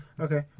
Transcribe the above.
Okay